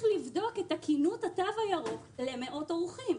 לבדוק את תקינות התו הירוק למאות אורחים.